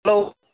hello